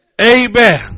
amen